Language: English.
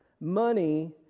money